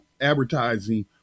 advertising